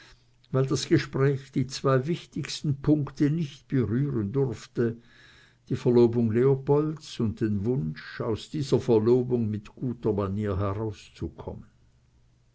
weil das gespräch die zwei wichtigsten punkte nicht berühren durfte die verlobung leopolds und den wunsch aus dieser verlobung mit guter manier herauszukommen